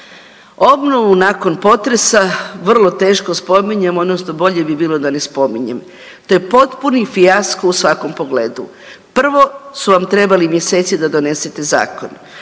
Obnovu nakon potresa vrlo teško spominjemo, odnosno bolje bi bilo da ne spominjem. To je potpuni fijasko u svakom pogledu. Prvo su vam trebali mjeseci da donesete zakon,